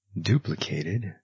duplicated